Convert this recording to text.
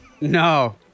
No